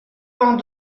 vingt